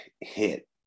hit